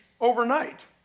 overnight